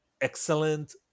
excellent